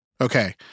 Okay